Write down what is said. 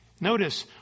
notice